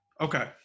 Okay